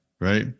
right